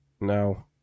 No